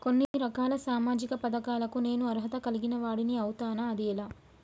కొన్ని రకాల సామాజిక పథకాలకు నేను అర్హత కలిగిన వాడిని అవుతానా? అది ఎలా?